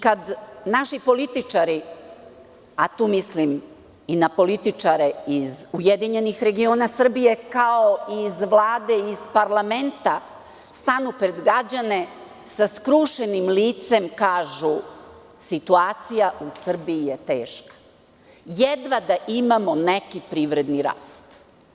Kad naši političari, a tu mislim i na političare iz URS, kao i iz Vlade i parlamenta, stanu pred građane, sa skrušenim licem kažu – situacija u Srbiji je teška, jedva da imamo neki privredni rast.